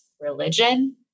religion